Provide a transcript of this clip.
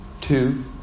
two